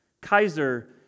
kaiser